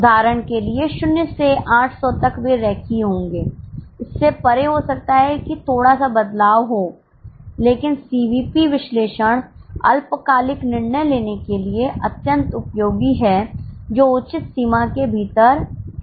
उदाहरण के लिए 0 से 800 तक वे रेखीय होंगे इससे परे हो सकता है कि थोड़ा सा बदलाव हो लेकिन सीवीपी विश्लेषण अल्पकालिक निर्णय लेने के लिए अत्यंत उपयोगी है जो उचित सीमा के भीतर है